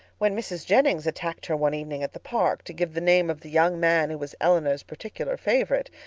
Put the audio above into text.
when mrs. jennings attacked her one evening at the park, to give the name of the young man who was elinor's particular favourite,